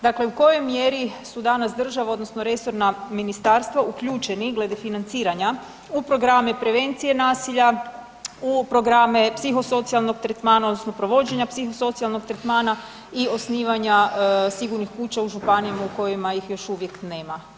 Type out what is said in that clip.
Dakle, u kojoj mjeri su danas država odnosno resorna ministarstva uključeni glede financiranja u programe prevencije nasilja, u programe psihosocijalnog tretmana odnosno provođenja psihosocijalnog tretmana i osnivanja sigurnih kuća u županijama u kojima ih još uvijek nema.